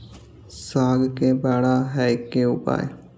साग के बड़ा है के उपाय?